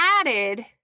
added